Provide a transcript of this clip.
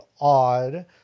odd